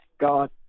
God